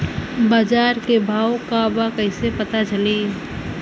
बाजार के भाव का बा कईसे पता चली?